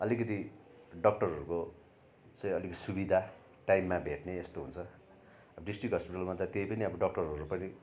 अलिकति डक्टरहरूको चाहिँ अलिक सुविधा टाइममा भेट्ने यस्तो हुन्छ अब डिस्ट्रिक हस्पिटलमा त त्यही पनि अब डक्टरहरू पनि